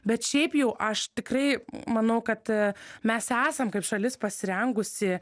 bet šiaip jau aš tikrai manau kad mes esam kaip šalis pasirengusi